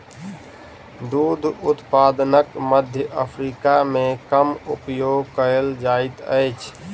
दूध उत्पादनक मध्य अफ्रीका मे कम उपयोग कयल जाइत अछि